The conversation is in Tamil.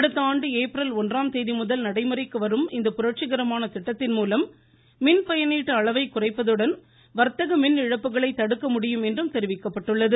அடுத்த ஆண்டு ஏப்ரல் ஒன்றாம் தேதி முதல் நடைமுறைக்கு வரும் இந்த புரட்சிகரமான திட்டத்தின் மூலம் மின் பயணீட்டு அளவை குறைப்பதுடன் வர்த்தக மின் இழப்புகளை தடுக்க முடியும் என்றும் தெரிவிக்கப்பட்டுள்ளது